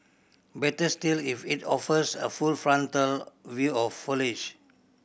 better still if it offers a full frontal view of foliage